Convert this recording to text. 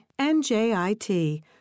NJIT